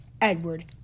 Edward